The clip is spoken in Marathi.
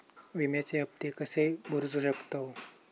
विम्याचे हप्ते कसे भरूचो शकतो?